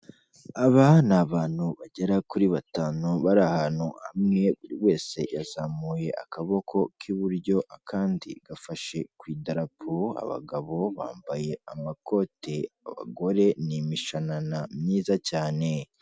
Aba ni abantu bagera kuri batanu bari ahantu hamwe, buri wese yazamuye akaboko k'iburyo, akandi gafashe ku idarapo, abagabo bambaye amakote, abagore ni imishanana myiza cyane.